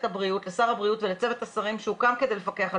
הבריאות לשר הבריאות ולצוות השרים שהוקם כדי לפקח על